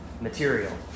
material